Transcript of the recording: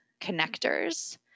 connectors